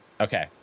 okay